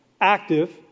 active